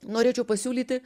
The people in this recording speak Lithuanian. norėčiau pasiūlyti